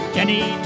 Jenny